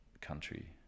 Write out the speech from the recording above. country